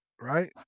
right